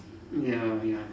ya ya